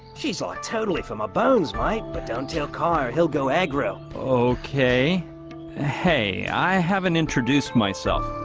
she's like totally for my bones right, but don't tell car. he'll go aggro okay hey, i haven't introduced myself.